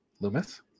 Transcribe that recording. Loomis